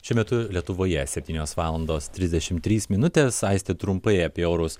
šiuo metu lietuvoje septynios valandos trisdešimt trys minutes aistė trumpai apie orus